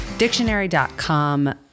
Dictionary.com